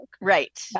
Right